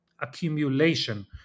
accumulation